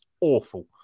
Awful